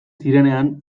zirenean